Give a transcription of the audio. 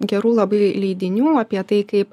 gerų labai leidinių apie tai kaip